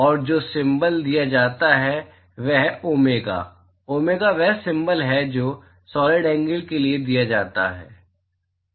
और जो सिम्बल दिया जाता है वह है ओमेगा ओमेगा वह सिम्बल है जो सॉलिड एंगल के लिए दिया जाता है